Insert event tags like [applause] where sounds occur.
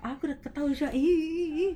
aku dah tak tahu sudah !ee! [noise]